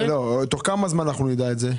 תוך כמה זמן נדע את זה?